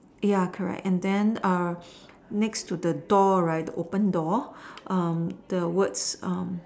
ya correct and then err next to the door right the open door um the words um